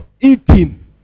eating